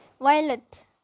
Violet